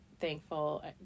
thankful